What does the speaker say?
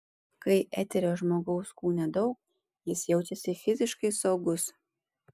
kai eterio žmogaus kūne daug jis jaučiasi fiziškai saugus